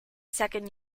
second